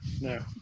No